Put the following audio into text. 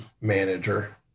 manager